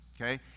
okay